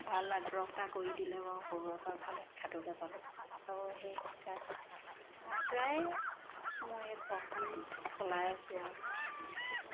ভাল আগ্ৰহ এটা কৰি দিলে বাৰু সৰুৰেপৰা ভাল শিক্ষাটোকে পালোঁ আৰু সেই শিক্ষা প্ৰায় মই এই ঘৰখন চলাই আছোঁ আৰু